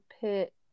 pit